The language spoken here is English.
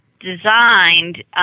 designed